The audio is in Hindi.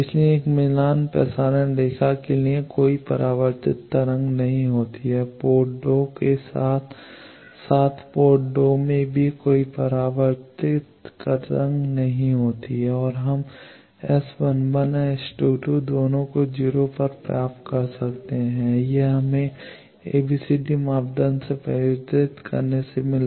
इसलिए एक मिलान प्रसारण रेखा के लिए कोई परावर्तित तरंग नहीं होती है पोर्ट 1 के साथ साथ पोर्ट 2 में भी कोई परावर्तित तरंग नहीं होती है और हम S11 और S22 दोनों को 0 पर प्राप्त करते हैं यह हमें उस ABCD मापदंड से परिवर्तित करने से मिला